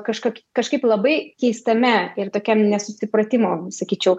kažkaip kažkaip labai keistame ir tokiam nesusipratimo sakyčiau